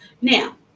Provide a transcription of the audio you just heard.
Now